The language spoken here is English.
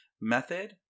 method